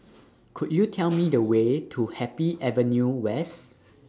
Could YOU Tell Me The Way to Happy Avenue West